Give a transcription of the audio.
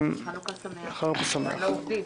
חנוכה שמח, גם לעובדים.